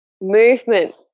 movement